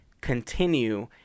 continue